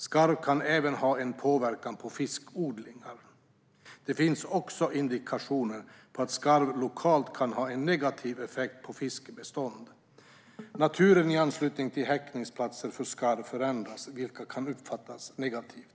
Skarv kan även ha en påverkan på fiskodlingar. Det finns också indikationer på att skarv lokalt kan ha en negativ effekt på fiskbestånd. Naturen i anslutning till häckningsplatser för skarv förändras, vilket kan uppfattas negativt.